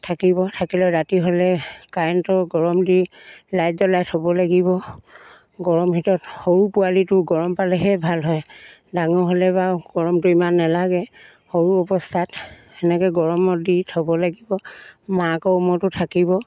থাকিব থাকিলে ৰাতি হ'লে কাৰেণ্টৰ গৰম দি লাইট জ্বলাই থ'ব লাগিব গৰম হিটত সৰু পোৱালিটো গৰম পালেহে ভাল হয় ডাঙৰ হ'লে বাৰু গৰমটো ইমান নালাগে সৰু অৱস্থাত তেনেকৈ গৰমত দি থ'ব লাগিব মাকৰ উমতো থাকিব